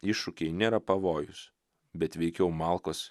iššūkiai nėra pavojus bet veikiau malkos